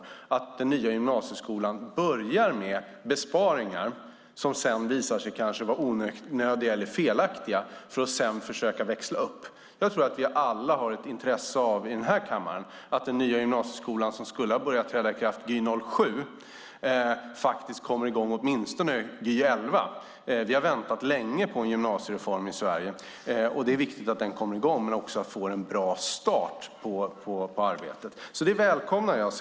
Det är att den nya gymnasieskolan börjar med besparingar som kanske visar sig vara onödiga eller felaktiga och att man sedan får försöka att växla upp. Vi har alla i den här kammaren ett intresse av att den nya gymnasieskolan som skulle ha börjat träda i kraft i och med Gy 07 åtminstone kommer i gång i och med Gy 11. Vi har väntat länge på en gymnasiereform i Sverige. Det är viktigt att den kommer i gång men också att man får en bra start på arbetet. Det välkomnar jag.